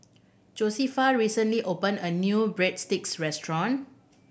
Josefa recently open a new Breadsticks restaurant